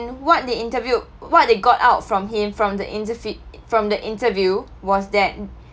what they interviewed what they got out from him from the interv~ from the interview was that